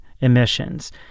emissions